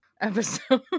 episode